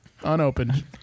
unopened